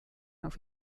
auf